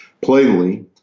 plainly